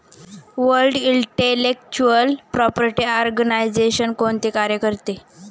World intellectual property organisation कोणते कार्य करते?